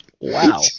wow